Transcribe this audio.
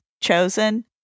Chosen